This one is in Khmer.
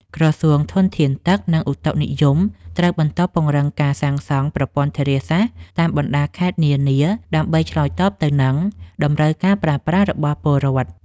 ក្រសួងធនធានទឹក និងឧតុនិយមត្រូវបន្តពង្រឹងការសាងសង់ប្រព័ន្ធធារាសាស្ត្រតាមបណ្តាខេត្តនានាដើម្បីឆ្លើយតបទៅនឹងតម្រូវការប្រើប្រាស់របស់ពលរដ្ឋ។